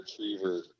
retriever